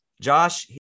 Josh